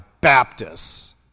Baptists